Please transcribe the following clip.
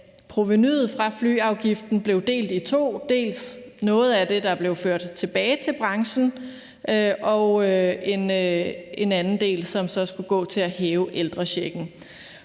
provenuet fra flyafgiften blev delt i to. Noget af det blev ført tilbage til branchen, og en anden del skulle så gå til at hæve ældrechecken.